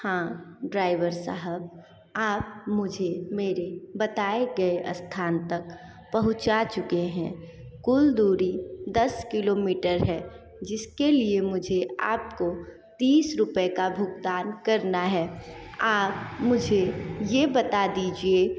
हाँ ड्राइवर साहब आप मुझे मेरे बताए गए स्थान तक पहुंचा चुके हैं कुल दूरी दस किलोमीटर है जिसके लिए मुझे आपको तीस रुपये का भुगतान करना है आप मुझे यह बता दीजिए